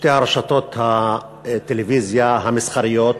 שתי רשתות הטלוויזיה המסחריות,